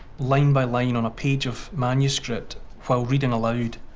line by line on a page of manuscript, while reading aloud.